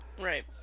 Right